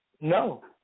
No